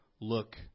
look